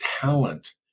talent